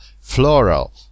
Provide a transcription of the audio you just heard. floral